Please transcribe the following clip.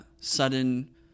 sudden